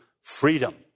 freedom